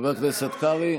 חבר הכנסת קרעי,